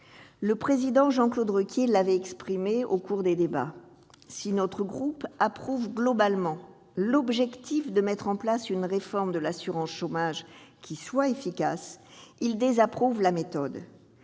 Le président Jean-Claude Requier l'avait expliqué au cours des débats : si notre groupe approuve globalement l'objectif de mettre en place une réforme de l'assurance chômage efficace, il désapprouve la méthode.